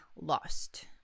lost